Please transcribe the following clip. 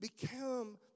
become